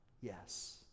Yes